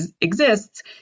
exists